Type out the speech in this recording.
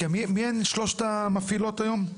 מי הן שלוש המפעילות היום?